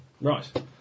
Right